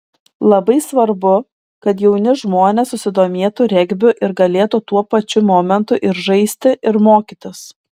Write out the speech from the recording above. labai svarbu kad jauni žmonės susidomėtų regbiu ir galėtų tuo pačiu momentu ir žaisti ir mokytis